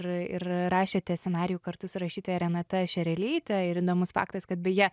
ir ir rašėte scenarijų kartu su rašytoja renata šerelyte ir įdomus faktas kad beje